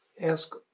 ask